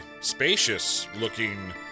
spacious-looking